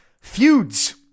Feuds